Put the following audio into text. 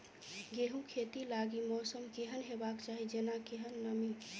गेंहूँ खेती लागि मौसम केहन हेबाक चाहि जेना केहन नमी?